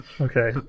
okay